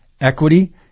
equity